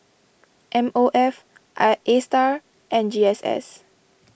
M O F I Astar and G S S